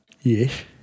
Yes